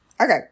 Okay